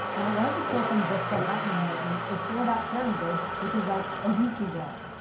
now, one of the cool things that's been happening lately is throwback thursday, which is like a week ago.